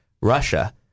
Russia